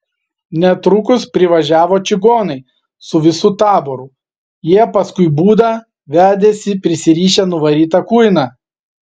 netrukus privažiavo čigonai su visu taboru jie paskui būdą vedėsi prisirišę nuvarytą kuiną